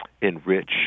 enrich